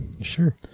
Sure